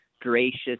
gracious